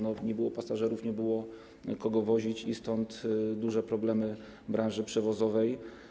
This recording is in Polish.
Nie było pasażerów, nie było kogo wozić i stąd duże problemy branży przewozowej.